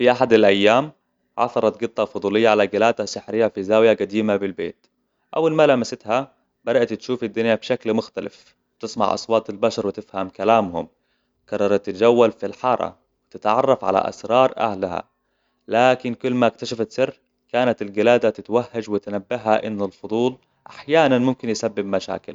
في أحد الأيام، عثرت قطة فضولية على قلادة سحرية في زاوية قديمة بالبيت. أول ما لمستها، بدأت تشوف الدنيا بشكل مختلف، تسمع أصوات البشر وتفهم كلامهم. قررت تجول في الحارة، تتعرف على أسرار أهلها. لكن كل ما اكتشفت سر، كانت القلادة تتوهج وتنبهها أن الفضول أحياناً ممكن يسبب مشاكل.